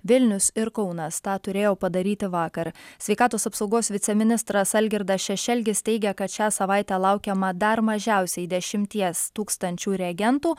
vilnius ir kaunas tą turėjo padaryti vakar sveikatos apsaugos viceministras algirdas šešelgis teigia kad šią savaitę laukiama dar mažiausiai dešimties tūkstančių reagentų